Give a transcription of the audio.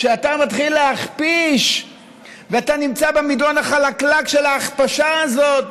כשאתה מתחיל להכפיש ואתה נמצא במדרון החלקלק של ההכפשה הזאת,